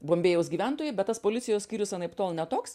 bombėjaus gyventojai bet tas policijos skyrius anaiptol ne toks